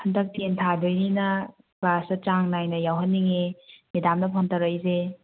ꯍꯟꯗꯛ ꯇꯦꯟ ꯊꯥꯗꯣꯏꯅꯤꯅ ꯀ꯭ꯂꯥꯁꯇꯣ ꯆꯥꯡ ꯅꯥꯏꯅ ꯌꯥꯎꯍꯟꯅꯤꯡꯏ ꯃꯦꯗꯥꯝꯅ ꯐꯣꯟ ꯇꯧꯔꯛꯏꯁꯦ